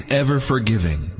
ever-forgiving